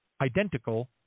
identical